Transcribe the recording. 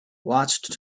watched